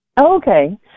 Okay